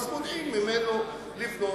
מונעים ממנו לבנות.